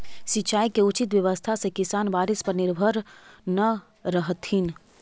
सिंचाई के उचित व्यवस्था से किसान बारिश पर निर्भर न रहतथिन